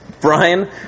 Brian